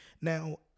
Now